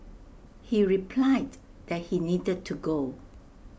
he replied that he needed to go